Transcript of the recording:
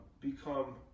become